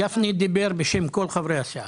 חבר הכנסת גפני דיבר בשם כל חברי הוועדה.